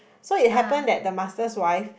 so it happen that the master's wife